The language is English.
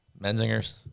menzingers